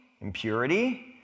impurity